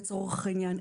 לצורך העניין.